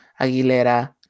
Aguilera